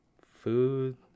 Food